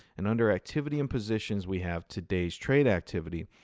and under activity and positions, we have today's trade activity.